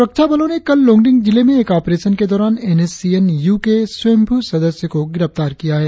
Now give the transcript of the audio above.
सुरक्षा बलों ने कल लोंगडिंग जिले में एक ऑपरेशन के दौरान N S C N U के स्वयंभू सदस्य को गिरफ्तार किया है